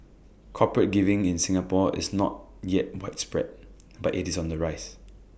corporate giving in Singapore is not yet widespread but IT is on the rise